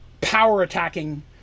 power-attacking